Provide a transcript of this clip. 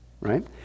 right